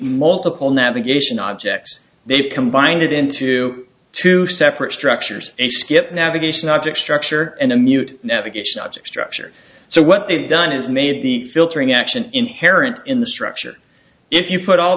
multiple navigation objects they've combined it into two separate structures a skip navigation object structure and a mute navigation object structure so what they've done is made the filtering action inherent in the structure if you put all